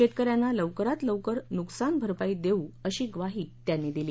शेतक यांना लवकरात लवकर नुकसानभरपाई देऊ अशी ग्वाही त्यांनी दिली